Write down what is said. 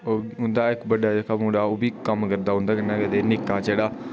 उं'दा इक्क बड्डा जेह्का मुड़ा ऐ ओह् बी कम्म करदा ऐ उं'दे कन्नै ते निक्का ऐ जेह्ड़ा